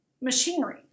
machinery